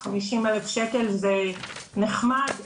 50,000 שקל זה נחמד,